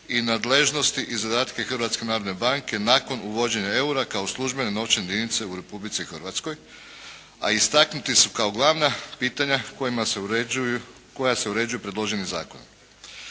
narodne banke nakon uvođenja eura kao službene novčane jedinice u Republici Hrvatskoj, a istaknuti su kao glavna pitanja koja se uređuju predloženim zakonom.